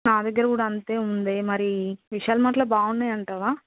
నా దగ్గర కూడా అంతే ఉంది మరి విశాల్ మార్ట్లో బాగున్నాయి అంటవా